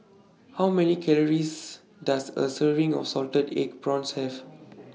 How Many Calories Does A Serving of Salted Egg Prawns Have